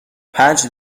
پنج